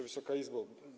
Wysoka Izbo!